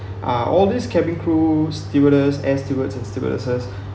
uh all these cabin crews stewardess as stewards stewardesses